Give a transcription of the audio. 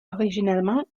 originellement